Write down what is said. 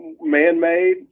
man-made